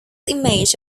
image